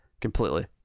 completely